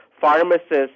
pharmacists